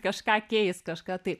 kažką keisk kažką taip